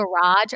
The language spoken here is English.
garage